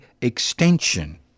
extension